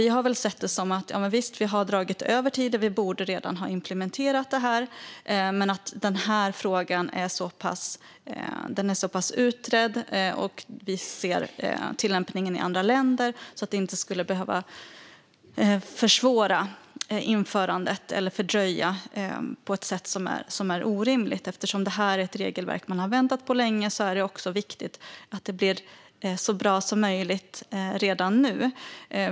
Vi har dock sett det som att vi visserligen har dragit över tiden och redan borde ha implementerat detta men att frågan är så pass utredd. Vi ser dessutom tillämpningen i andra länder. Det skulle därför inte behöva försvåra eller fördröja införandet på ett sätt som är orimligt. Eftersom det handlar om ett regelverk som man har väntat på länge är det också viktigt att det blir så bra som möjligt redan nu.